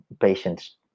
patient's